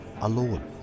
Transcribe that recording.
alone